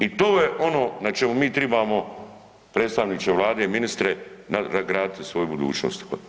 I to je ono na čemu mi tribamo predstavniče vlade i ministre graditi svoju budućnost.